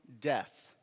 death